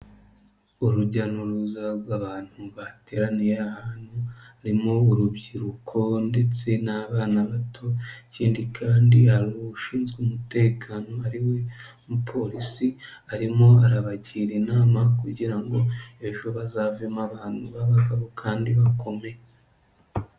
Urujya n'uruza rw'abantu bateraniye ahantu, harimo urubyiruko ndetse n'abana bato, ikindi kandi hari ushinzwe umutekano ari we umupolisi, arimo arabagira inama kugira ngo ejo bazavemo abantu b'abagabo kandi bakomeye.